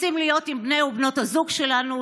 רוצים להיות עם בני ובנות הזוג שלנו,